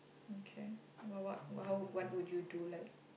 okay what what what how what would you do like